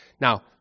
Now